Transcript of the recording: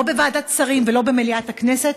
לא בוועדת שרים ולא במליאת הכנסת,